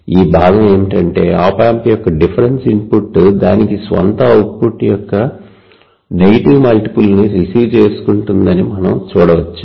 ఈ భాగం ఏమిటంటే ఆప్ ఆంప్ యొక్క డిఫరెన్స్ ఇన్పుట్ దానికి స్వంత అవుట్పుట్ యొక్క నెగటివ్ మల్టిపుల్ ని రిసీవ్ చేసుకుంటుందని మనం చూడవచ్చు